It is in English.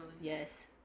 yes